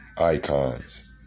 icons